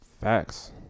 Facts